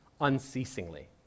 unceasingly